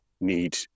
need